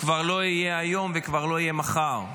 כבר לא יהיה היום וכבר לא יהיה מחר.